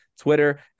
Twitter